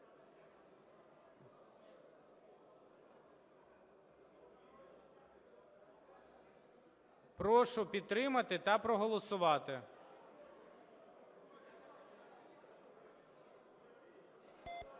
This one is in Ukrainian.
Прошу підтримати та проголосувати.